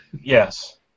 Yes